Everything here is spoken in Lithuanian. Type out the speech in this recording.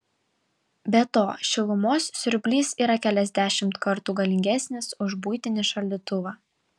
be to šilumos siurblys yra keliasdešimt kartų galingesnis už buitinį šaldytuvą